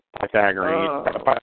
Pythagorean